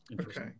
Okay